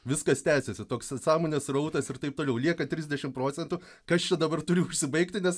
viskas tęsiasi toks sąmonės srautas ir taip toliau lieka trisdešimt procentų kas čia dabar turi užsibaigti nes